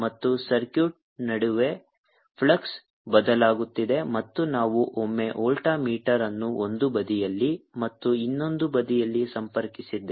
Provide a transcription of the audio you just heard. ಮತ್ತು ಸರ್ಕ್ಯೂಟ್ ನಡುವೆ ಫ್ಲಕ್ಸ್ ಬದಲಾಗುತ್ತಿದೆ ಮತ್ತು ನಾವು ಒಮ್ಮೆ ವೋಲ್ಟಾ ಮೀಟರ್ ಅನ್ನು ಒಂದು ಬದಿಯಲ್ಲಿ ಮತ್ತು ಇನ್ನೊಂದು ಬದಿಯಲ್ಲಿ ಸಂಪರ್ಕಿಸಿದ್ದೇವೆ